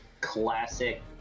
Classic